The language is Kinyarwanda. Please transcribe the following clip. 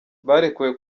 barekuwe